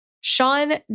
Sean